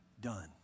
done